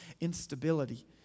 instability